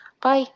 Bye